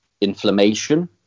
inflammation